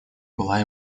была